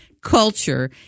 culture